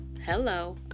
hello